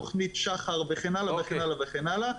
תכנית שח"ר וכן הלאה וכן הלאה וכן הלאה.